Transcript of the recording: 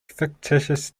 fictitious